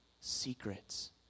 secrets